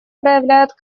проявляет